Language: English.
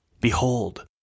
Behold